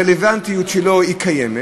הרלוונטיות שלהם קיימת.